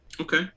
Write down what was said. Okay